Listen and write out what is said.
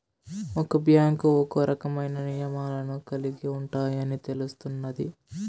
ఒక్క బ్యాంకు ఒక్కో రకమైన నియమాలను కలిగి ఉంటాయని తెలుస్తున్నాది